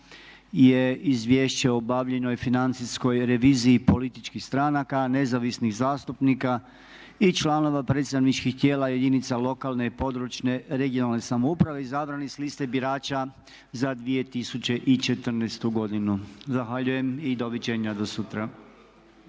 je Izvješće o obavljenoj financijskoj reviziji političkih stranaka, nezavisnih zastupnika i članova predstavničkih tijela jedinica lokalne i područne (regionalne) samouprave izabranih s liste birača za 2014. godinu. Zahvaljujem i doviđenja do sutra.